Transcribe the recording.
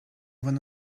one